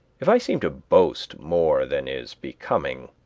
if i seem to boast more than is becoming,